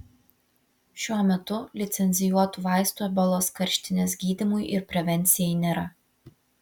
šiuo metu licencijuotų vaistų ebolos karštinės gydymui ir prevencijai nėra